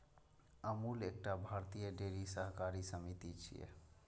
अमूल एकटा भारतीय डेयरी सहकारी समिति छियै